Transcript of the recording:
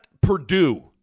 Purdue